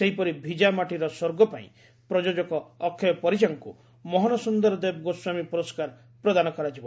ସେହିପରି 'ଭିଜାମାଟିର ସ୍ୱର୍ଗ' ପାଇଁ ପ୍ରଯୋଜକ ଅକ୍ଷୟ ପରିଜାଙ୍କୁ ମୋହନ ସୁନ୍ଦର ଦେବ ଗୋସ୍ୱାମୀ ପୁରସ୍କାର ପ୍ରଦାନ କରାଯିବ